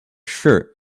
shirt